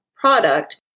product